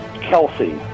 Kelsey